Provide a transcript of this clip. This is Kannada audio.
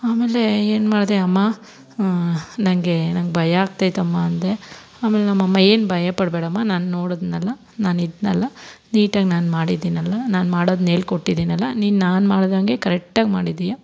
ಆಮೇಲೆ ಏನು ಮಾಡಿದೆ ಅಮ್ಮ ನನಗೆ ನಂಗೆ ಭಯ ಆಗುತೈತಮ್ಮ ಅಂದೆ ಆಮೇಲೆ ನಮ್ಮಅಮ್ಮ ಏನು ಭಯ ಪಡಬೇಡಮ್ಮ ನಾನು ನೋಡಿದ್ನಲ್ಲ ನಾನು ಇದ್ನಲ್ಲ ನೀಟಾಗಿ ನಾನು ಮಾಡಿದಿನಲ್ಲ ನಾನು ಮಾಡೋದ್ನೇಳಿಕೊಟ್ಟಿದ್ನಲ್ಲ ನೀನು ನಾನು ಮಾಡಿದಂಗೆ ಕರೆಟ್ಟಾಗಿ ಮಾಡಿದ್ದೀಯಾ